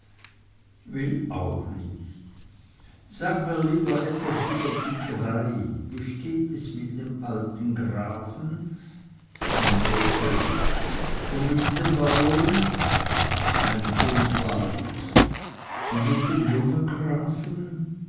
will auch nicht sage mir lieber etwas über die drei wie steht es mit dem alten grafen ein ekel und mit dem baron ein dummbart und mit dem jungen grafen